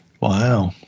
Wow